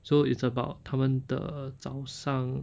so it's about 他们的早上